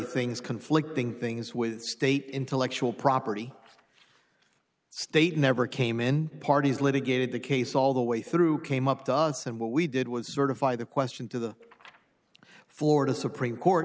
things conflicting things with state intellectual property state never came in parties litigated the case all the way through came up to us and what we did was sort of by the question to the florida supreme court